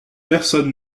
personne